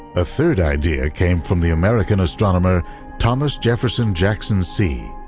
a third idea came from the american astronomer thomas jefferson jackson see,